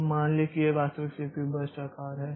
तो मान लें कि यह वास्तविक सीपीयू बर्स्ट आकार है